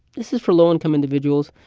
this is for low-income individuals.